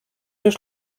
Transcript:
już